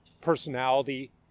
personality